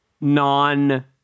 non